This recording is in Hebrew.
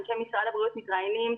אנשי משרד הבריאות מתראיינים,